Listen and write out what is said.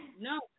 no